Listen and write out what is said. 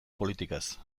politikaz